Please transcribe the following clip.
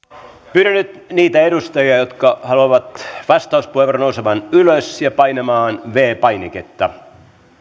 pyydän nyt niitä edustajia jotka haluavat vastauspuheenvuoron nousemaan ylös ja painamaan viides painiketta